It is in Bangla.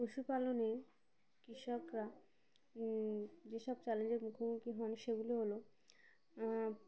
পশুপালনে কৃষকরা যেসব চ্যালেঞ্জের মুখোমুখি হন সেগুলো হলো